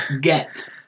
get